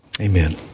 Amen